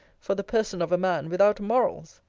for the person of a man without morals.